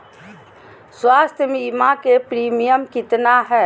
स्वास्थ बीमा के प्रिमियम कितना है?